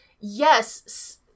Yes